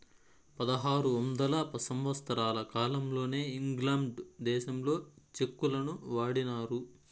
పదహారు వందల సంవత్సరాల కాలంలోనే ఇంగ్లాండ్ దేశంలో చెక్కులను వాడినారు